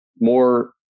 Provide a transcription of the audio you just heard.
more